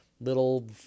little